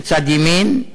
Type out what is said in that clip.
בצד ימין,